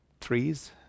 trees